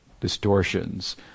distortions